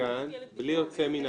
בלי יוצא מן